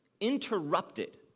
interrupted